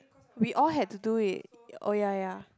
we all had to do it oh ya ya